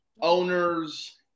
owners